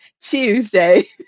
Tuesday